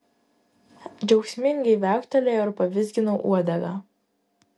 džiaugsmingai viauktelėjau ir pavizginau uodegą